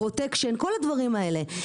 פרוטקשן כל הדברים האלה,